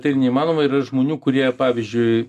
tai neįmanoma yra žmonių kurie pavyzdžiui